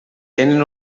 tenen